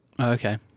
Okay